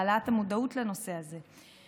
בהעלאת המודעות לנושא הזה.